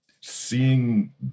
seeing